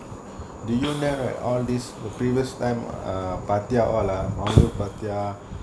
do you never a all these previous time err பாத்தியா:paathiyaa all lah பாத்தியா:paathiyaa